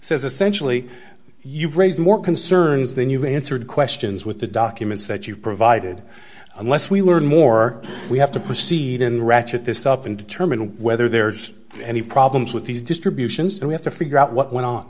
says essentially you've raised more concerns than you've answered questions with the documents that you've provided unless we learn more we have to proceed in ratchet this up and determine whether there's any problems with these distributions and we have to figure out what went on